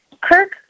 Kirk